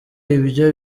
ibyo